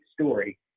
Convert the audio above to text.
story